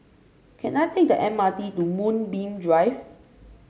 can I take the M R T to Moonbeam Drive